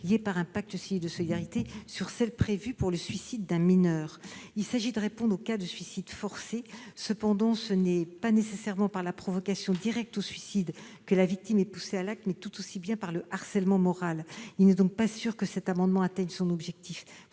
lié par un pacte civil de solidarité sur celle qui est prévue pour le suicide d'un mineur. Il s'agit de répondre aux cas de suicides forcés. Cependant ce n'est pas nécessairement par la provocation directe au suicide que la victime est poussée à l'acte, mais tout aussi bien par le harcèlement moral. Il n'est donc pas sûr que cet amendement atteigne l'objectif